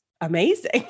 amazing